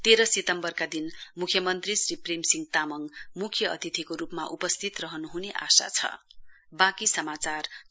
तेह्र सितम्वरका दिन मुख्यमन्त्री श्री प्रेमसिंह तामङ मुख्य अतिथिको रूपमा उपस्थित रहनु हुने आशा छ